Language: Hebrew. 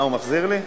(יו"ר ועדת הכלכלה):